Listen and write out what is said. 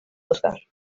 óscar